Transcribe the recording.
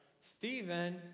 Stephen